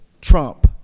trump